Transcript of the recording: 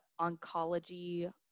oncology